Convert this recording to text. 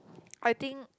I think